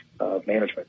management